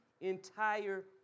entire